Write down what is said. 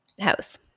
house